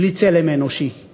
בלי צלם אנושי/